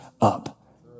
up